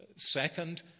Second